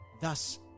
thus